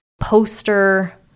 poster